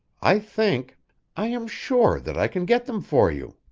i think i am sure that i can get them for you.